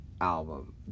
album